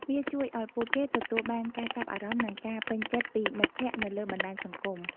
វាជួយឱ្យពួកគេទទួលបានការចាប់អារម្មណ៍និងការពេញចិត្តពីមិត្តភក្តិនៅលើបណ្ដាញសង្គម។